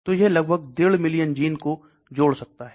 तो यह लगभग 15 मिलियन जीन को जोड़ सकता है